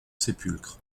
sépulcre